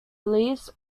leaves